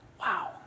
Wow